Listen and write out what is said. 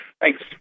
Thanks